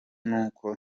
n’uko